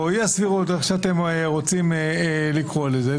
אי-הסבירות או איך שאתם רוצים לקרוא לזה.